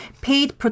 paid